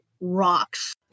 rocks